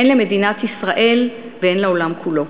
הן למדינת ישראל והן לעולם כולו.